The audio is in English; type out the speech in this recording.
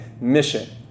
mission